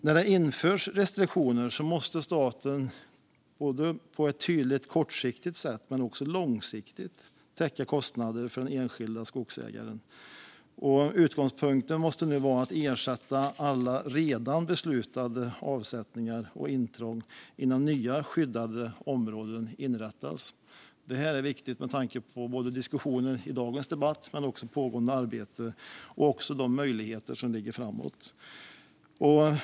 När det införs restriktioner måste staten på ett tydligt kortsiktigt sätt men också långsiktigt täcka kostnader för den enskilda skogsägaren. Utgångspunkten måste vara att ersätta alla redan beslutade avsättningar och intrång innan nya skyddade områden inrättas. Det här är viktigt både med tanke på diskussionen i dagens debatt och pågående arbete och också de möjligheter som ligger framåt.